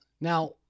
Now